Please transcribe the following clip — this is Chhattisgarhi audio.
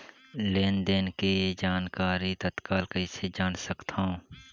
लेन देन के जानकारी तत्काल कइसे जान सकथव?